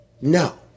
No